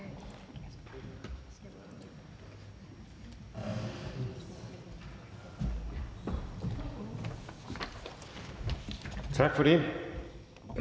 Tak for det.